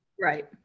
right